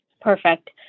Perfect